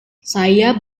saya